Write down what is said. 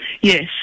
Yes